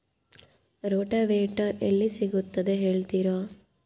Rotavator ಎಲ್ಲಿ ಸಿಗುತ್ತದೆ ಹೇಳ್ತೇರಾ?